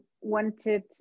wanted